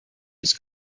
has